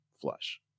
flush